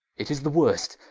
it is the worst,